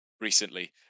recently